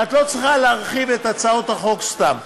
ואת לא צריכה להרחיב את הצעות החוק סתם.